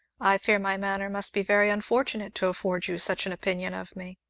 i fear my manner must be very unfortunate to afford you such an opinion of me.